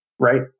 Right